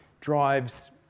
drives